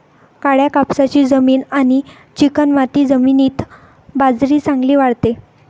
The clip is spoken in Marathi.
काळ्या कापसाची जमीन आणि चिकणमाती जमिनीत बाजरी चांगली वाढते